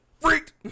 freaked